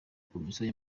komisiyo